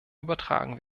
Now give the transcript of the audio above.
übertragen